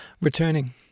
returning